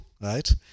right